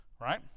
right